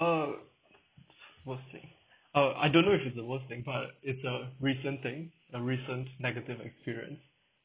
oh worst thing oh I don't know if it's the worst thing but it's a recent thing the recent negative experience